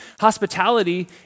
hospitality